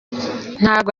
ntabwo